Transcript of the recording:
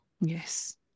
Yes